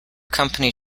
company